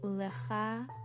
Ulecha